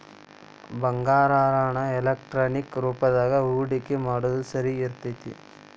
ಬಂಗಾರಾನ ಎಲೆಕ್ಟ್ರಾನಿಕ್ ರೂಪದಾಗ ಹೂಡಿಕಿ ಮಾಡೊದ್ ಸರಿ ಇರ್ತೆತಿ